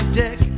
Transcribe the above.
deck